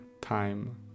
time